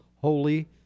holy